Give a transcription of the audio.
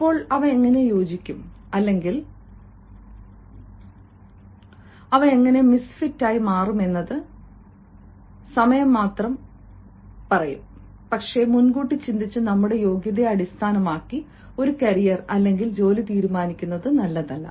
ഇപ്പോൾ അവ എങ്ങനെ യോജിക്കും അല്ലെങ്കിൽ അവ എങ്ങനെ മിസ് ഫിറ്റായി മാറും എന്നത് സമയം മാത്രം പറയും പക്ഷേ മുൻകൂട്ടി ചിന്തിച്ച് നമ്മുടെ യോഗ്യതയെ അടിസ്ഥാനമാക്കി ഒരു കരിയർ അല്ലെങ്കിൽ ജോലി തീരുമാനിക്കുന്നത് നല്ലതല്ല